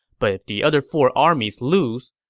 but if the other four armies lose,